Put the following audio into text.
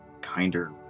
kinder